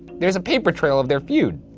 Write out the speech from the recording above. there's a paper trail of their feud.